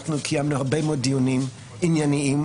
קיימנו הרבה מאוד דיונים עניינים,